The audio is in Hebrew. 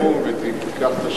כשמפלגה חדשה תקום ותיקח את השלטון,